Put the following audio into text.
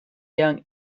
young